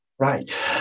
Right